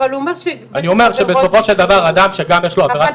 אני אומר שבסופו של דבר אדם שגם יש לו עבירת